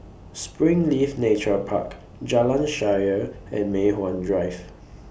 Springleaf Nature Park Jalan Shaer and Mei Hwan Drive